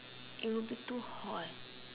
it will be too hot